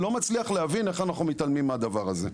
אני לא מצליח להבין איך אנחנו מתעלמים מהדבר הזה.